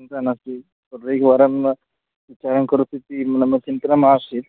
चिन्ता नास्ति तत्रैकवारं चयनं करोतीति नाम चिन्तनमासीत्